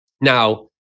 Now